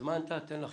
הזמנת, תן לחשוב.